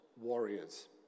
warriors